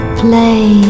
play